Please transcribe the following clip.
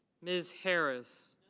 ms. harris.